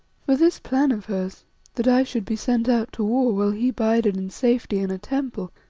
for this plan of hers that i should be sent out to war, while he bided in safety in a temple,